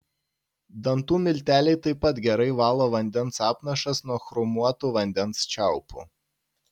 dantų milteliai taip pat gerai valo vandens apnašas nuo chromuotų vandens čiaupų